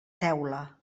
teula